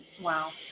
Wow